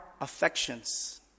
affections